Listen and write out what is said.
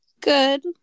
Good